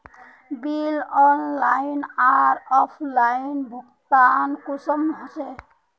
Bill online आर offline भुगतान कुंसम होचे?